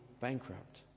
bankrupt